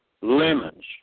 lemons